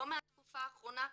לא מהתקופה האחרונה בכלל,